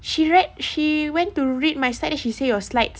she read she went to read my slide then she say your slides